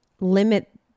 limit